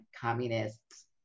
communists